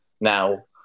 Now